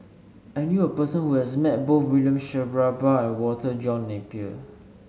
I knew a person who has met both William Shellabear and Walter John Napier